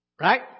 Right